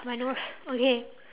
my nose okay